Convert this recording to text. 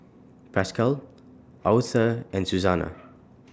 Pascal Authur and Suzanna